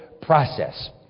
process